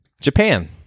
Japan